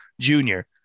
junior